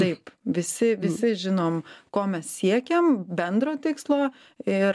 taip visi visi žinom ko mes siekiam bendro tikslo ir